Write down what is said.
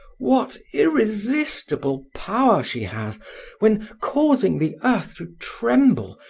what irresistible power she has when, causing the earth to tremble,